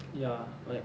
ya like